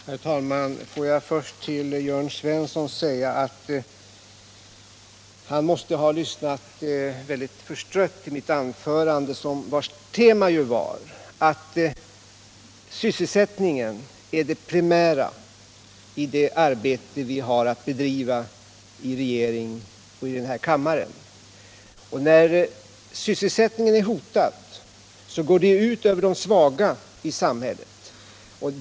Herr talman! Låt mig först säga till Jörn Svensson att han måste ha lyssnat väldigt förstrött till mitt anförande, vars tema ju var att sysselsättningen är det primära i det arbete vi har att bedriva i regeringen och här i kammaren. När sysselsättningen är hotad går det ut över de svaga i samhället.